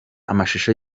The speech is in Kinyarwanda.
amashusho